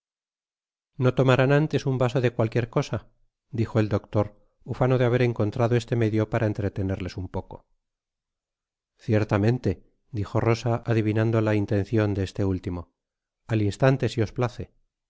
no tomarán antes un vaso de cualquier cosa dijo el doctor ufano de haber encontrado este medio para entretenerles un poco ciertamente dijo rosa adivinando la atencion de este último al instante si os place